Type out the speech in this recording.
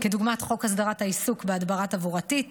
דוגמת חוק הסדרת העיסוק בהדברה תברואתית